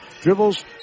Dribbles